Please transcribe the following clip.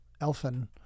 Elfin